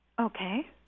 okay